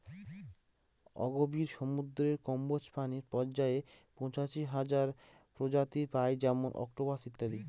অগভীর সমুদ্রের কম্বজ প্রাণী পর্যায়ে পঁচাশি হাজার প্রজাতি পাই যেমন অক্টোপাস ইত্যাদি